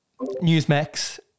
Newsmax